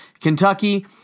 kentucky